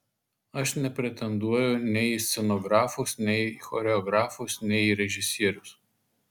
aš nepretenduoju nei į scenografus nei į choreografus nei į režisierius